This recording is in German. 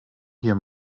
hier